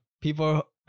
people